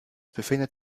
befindet